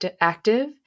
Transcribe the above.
active